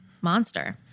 monster